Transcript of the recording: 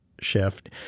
shift